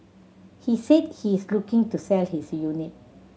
he said he is looking to sell his unit